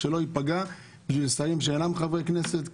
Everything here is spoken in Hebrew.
שהוא לא ייפגע בשביל שרים שאינם חברי כנסת.